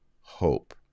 hope